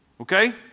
Okay